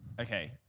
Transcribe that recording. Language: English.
Okay